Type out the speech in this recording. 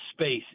space